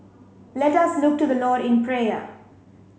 let us look to the Lord in prayer